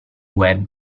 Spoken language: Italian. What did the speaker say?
web